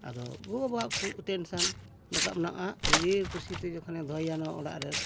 ᱟᱫᱚ ᱜᱚᱜᱚ ᱵᱟᱵᱟᱣᱟᱜ ᱠᱚ ᱴᱮᱱᱥᱚᱱ ᱨᱟᱠᱟᱵ ᱱᱟ ᱱᱟᱜ ᱱᱤᱡᱮᱨ ᱠᱩᱥᱤ ᱛᱮᱜᱮ ᱡᱚᱠᱷᱚᱱᱮ ᱫᱚᱦᱚᱭᱟ ᱱᱚᱣᱟ ᱚᱲᱟᱜ ᱨᱮ